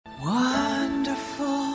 wonderful